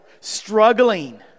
struggling